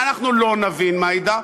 אנחנו לא נעביר מידע,